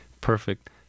perfect